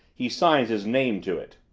he signs his name to it.